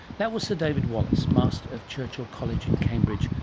that was sir david wallace, master of churchill college in cambridge.